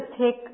take